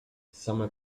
same